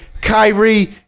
Kyrie